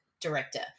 director